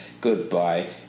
Goodbye